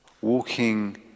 Walking